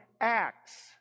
Acts